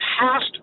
past